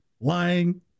lying